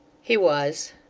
he was.